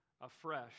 afresh